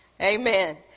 Amen